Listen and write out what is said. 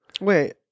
wait